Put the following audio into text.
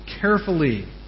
carefully